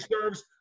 serves